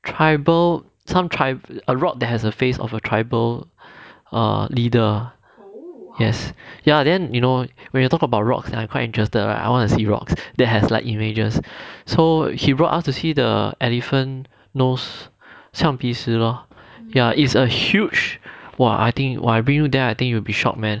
tribal some tribes a rock that has a phase of a tribal err leader yes ya then you know when you talk about rocks are quite interested right I wanna see rocks that has like images so he brought us to see the elephant nose xiang pi shi lor ya it's a huge !wah! I think I bring you there I think you would be shocked man